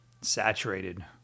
saturated